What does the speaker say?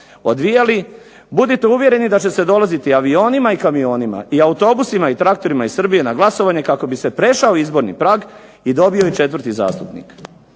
odvijali, budite uvjereni da će se dolaziti avionima i kamionima i autobusima i traktorima iz Srbije na glasovanje kako bi se prešao izborni prag i dobio i četvrti zastupnik.